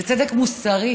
זה צדק מוסרי.